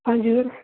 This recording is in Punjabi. ਹਾਂਜੀ ਸਰ